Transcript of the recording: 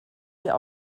wir